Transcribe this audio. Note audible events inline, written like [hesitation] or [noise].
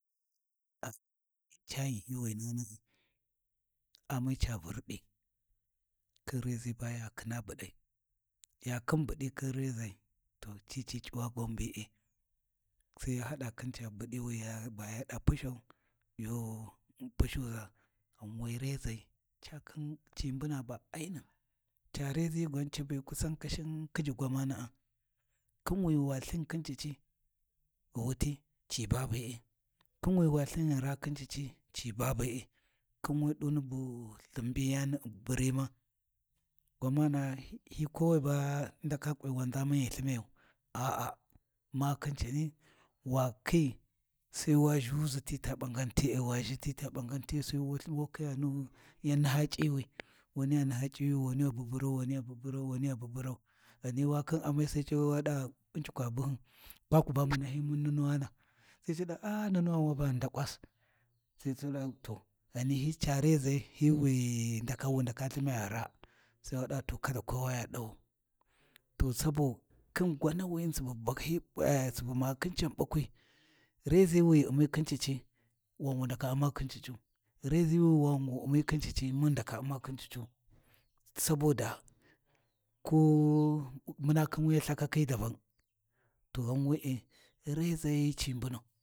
[hesitation] Ecayi wena nan ami ca vurɗi khin reʒi baya khina buɗai ya khin buɗi khin reʒai to ci ci c'uwa gwan be’e, Sai ya haɗa khinca buɗi wi yaba yaɗa pushau, yu pushuʒa, ghan we reʒai ca khin ci mbuna ba ainun ca reʒi gwan cabe kusan kashin khiji gwamana’a khin wi wa lthimi khin cici ghi wuti ci ba be’e, khin wi wa lthin ghi raa khin cici ci ba be’ɛ khin wi ɗuni bu lthin mbiyani burima gwamana hi kowai ba ndaka kwi wanʒamun ghi lthimayayu a’a makhin cani, wa khi sai wa ʒhuʒi tita ɓangan te’e, wa ʒhi ti ta ɓangan te’e, sai wa khiya nu yan naha c’iwi waniya naha c'iwi wa niya buburau waniya buburau, waniya bububrau. Ghani wa khin amai Sai waɗa U'njukwa buhun kwaku ba mu nahimun nunuwana? Sai ca ɗa a'a nunuwani wabani ndakwas, sai tu ɗa to, ghani hi ca reʒai hi wiii wu ndaka lthimya ghi raa sai waɗa kada kowaya ɗawau, to sabo gwanawini subu ma [hesitation] khin can bakwi, reʒi wi ghi U’mi khin cici wan wu ndaka U’ma khin cicu, reʒi wi wu U’mi khin cici mun ghi ndaka U’ma khin cicu, saboda ko muna khin wi lthakaki daban, ghan we’e reʒai ci mbunau.